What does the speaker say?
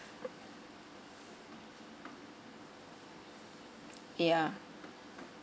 ya